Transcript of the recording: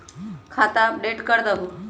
खाता अपडेट करदहु?